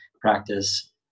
practice